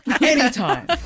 anytime